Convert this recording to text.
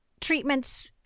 treatments